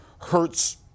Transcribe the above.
hurts